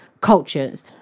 cultures